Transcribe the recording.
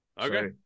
Okay